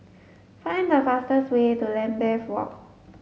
find the fastest way to Lambeth Walk